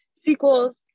sequels